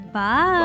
Bye